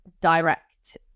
direct